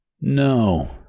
No